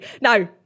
No